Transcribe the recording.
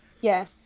Yes